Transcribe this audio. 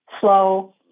slow